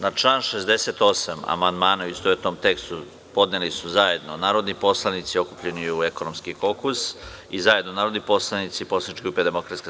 Na član 68. amandmane u istovetnom tekstu podneli su zajedno narodni poslanici okupljeni u ekonomskim „Kokus“ i zajedno narodni poslanici poslaničke grupe DS.